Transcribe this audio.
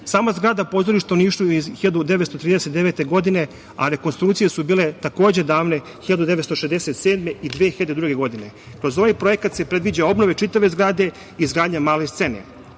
Sama zgrada pozorišta u Nišu je iz 1939. godine, a rekonstrukcije su bile, takođe, davne 1967. i 2002. godine. Kroz ovaj projekat se predviđa obnova čitave zgrade i izgradnja male